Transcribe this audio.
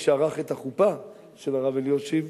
אגב, מי שערך את החופה של הרב אלישיב,